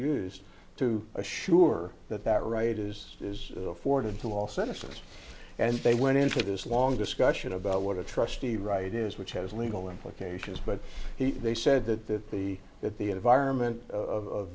used to assure that that right is is afforded to all citizens and they went into this long discussion about what a trustee right is which has legal implications but he they said that the that the environment of